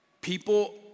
people